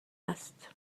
است